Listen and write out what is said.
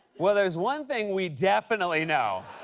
well, there's one thing we definitely know.